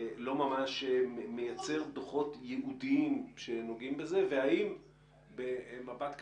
לא ממש מייצר דוחות ייעודיים שנוגעים בזה והאם במבט קדימה,